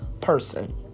person